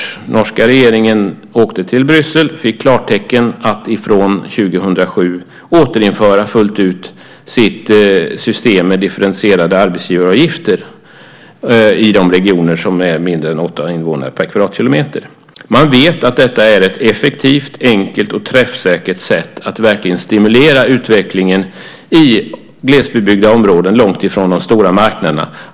Den norska regeringen åkte till Bryssel och fick klartecken att från år 2007 återinföra fullt ut sitt system med differentierade arbetsgivaravgifter i de regioner som har mindre än åtta invånare per kvadratkilometer. Man vet att detta är ett effektivt, enkelt och träffsäkert sätt att verkligen stimulera utvecklingen i glesbebyggda områden långt ifrån de stora marknaderna.